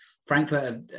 Frankfurt